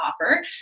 offer